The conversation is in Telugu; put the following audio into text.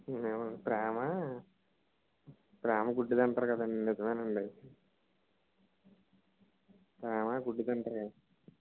ప్రేమా ప్రేమ గుడ్డిది అంటారు కదండి నిజమేనండి ప్రేమ గుడ్డిదండి